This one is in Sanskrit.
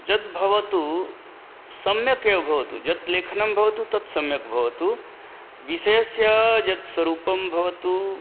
यत् भवतु सम्यगेव भवतु यत् लेखनं भवतु तद् सम्यक् भवतु विषयस्य यत् स्वरूपं भवतु